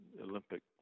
Olympic